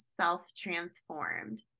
self-transformed